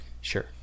Sure